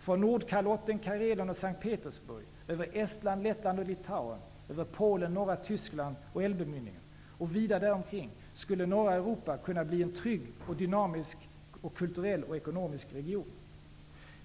Från Tyskland och Elbemynningen och vida där omkring skulle norra Europa kunna bli en trygg och dynamisk, kulturell och ekonomisk region.